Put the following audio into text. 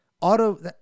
Auto